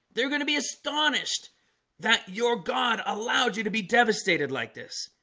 they are going to be astonished that your god allowed you to be devastated like this.